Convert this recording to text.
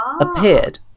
appeared